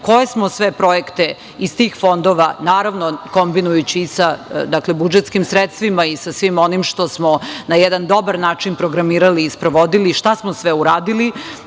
koje smo sve projekte iz tih fondova, naravno, kombinujući i sa budžetskim sredstvima i sa svim onim što smo na jedan dobar način programirali i sprovodili, šta smo sve uradili.